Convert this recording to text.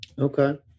Okay